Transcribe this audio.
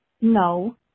No